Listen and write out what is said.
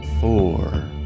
four